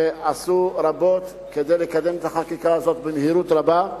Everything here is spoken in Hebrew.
שעשו רבות כדי לקדם את החקיקה הזאת במהירות רבה.